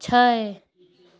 छै